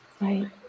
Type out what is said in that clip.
right